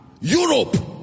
europe